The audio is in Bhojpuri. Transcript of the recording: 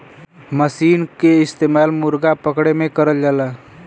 मसीन के इस्तेमाल मुरगा पकड़े में करल जाला